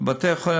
לבתי-החולים,